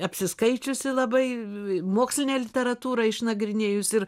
apsiskaičiusi labai mokslinę literatūrą išnagrinėjus ir